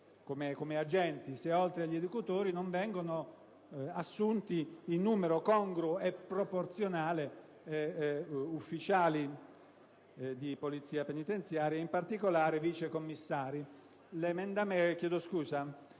come agenti, e agli educatori non vengono assunti in numero congruo e proporzionale ufficiali di Polizia penitenziaria, ed in particolare vice commissari.